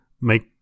make